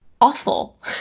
awful